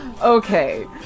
okay